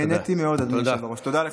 נהניתי מאוד, אדוני היושב-ראש, תודה לך.